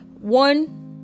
one